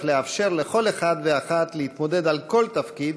לאפשר לכל אחד ואחת להתמודד על כל תפקיד,